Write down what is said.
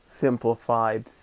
simplified